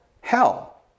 hell